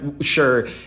sure